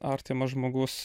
artimas žmogus